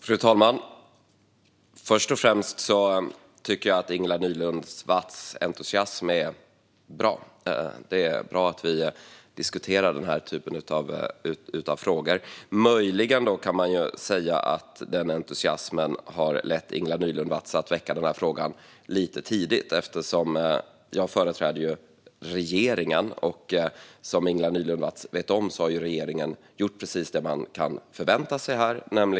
Fru talman! Först och främst tycker jag att Ingela Nylund Watz entusiasm är bra. Det är bra att diskutera den här typen av frågor. Möjligen kan man säga att entusiasmen har fått Ingela Nylund Watz att väcka den här frågan lite väl tidigt. Jag företräder ju regeringen, och som Ingela Nylund Watz vet har regeringen gjort precis det man kan förvänta sig här.